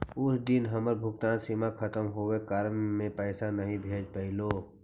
उस दिन हमर भुगतान सीमा खत्म होवे के कारण में पैसे नहीं भेज पैलीओ